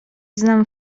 znam